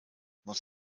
muss